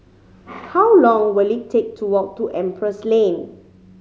how long will it take to walk to Empress Lane